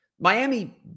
Miami